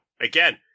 Again